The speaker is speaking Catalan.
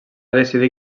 decidir